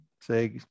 say